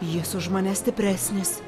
jis už mane stipresnis